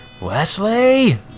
Wesley